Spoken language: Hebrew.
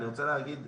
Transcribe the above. אני רוצה להגיד,